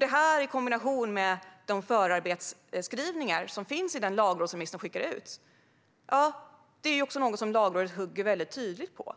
Det här i kombination med de förarbetsskrivningar som finns i den lagrådsremiss som skickades ut är också något som Lagrådet hugger på.